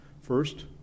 First